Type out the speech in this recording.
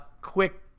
quick